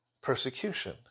persecution